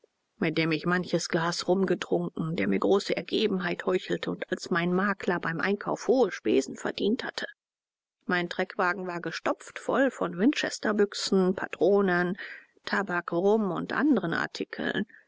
mit dem ich manches glas rum getrunken der mir große ergebenheit heuchelte und als mein makler beim einkauf hohe spesen verdient hatte mein treckwagen war gestopft voll von winchesterbüchsen patronen tabak rum und anderen artikeln